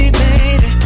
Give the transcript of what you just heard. baby